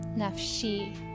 nafshi